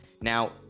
Now